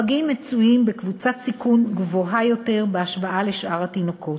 הפגים הם קבוצה בסיכון גבוה יותר בהשוואה לשאר התינוקות,